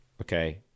okay